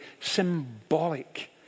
symbolic